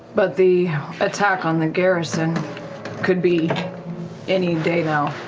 but the attack on the garrison could be any day now,